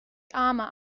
armor